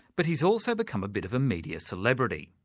but he's also become a bit of media celebrity.